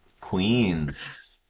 Queens